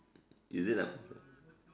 is it like